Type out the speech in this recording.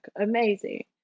amazing